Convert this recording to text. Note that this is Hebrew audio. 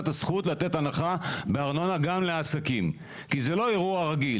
את הזכות לתת הנחה בארנונה גם לעסקים כי זה לא אירוע רגיל.